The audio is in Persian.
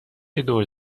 دور